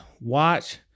watch